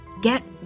Get